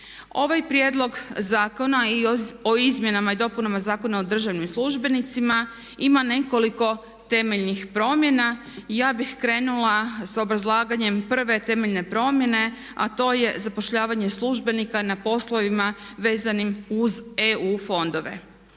Ovaj Prijedlog zakona i o Izmjenama i dopunama Zakona o državnim službenicima ima nekoliko temeljnih promjena i ja bih krenula sa obrazlaganjem prve temeljne promjene a to je zapošljavanje službenika na poslovima vezanim uz EU fondove.